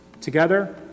Together